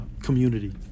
community